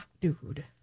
dude